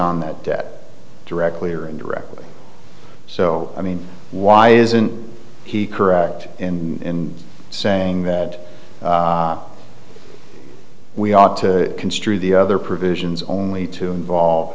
on that debt directly or indirectly so i mean why isn't he correct in saying that we ought to construe the other provisions only to involve